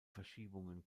verschiebungen